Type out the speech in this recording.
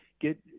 get